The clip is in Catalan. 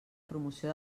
promoció